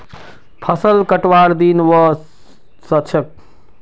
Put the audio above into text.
फसल कटवार दिन व स छ